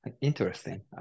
interesting